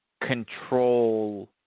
control